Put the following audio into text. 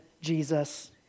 Jesus